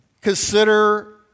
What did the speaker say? consider